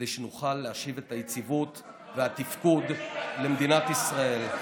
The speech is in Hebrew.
כדי שנוכל להשיב את היציבות והתפקוד למדינת ישראל.